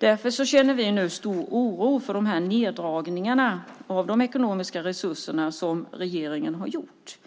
Därför känner vi nu stor oro för de neddragningar av de ekonomiska resurserna som regeringen har gjort.